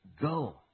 Go